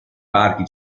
parchi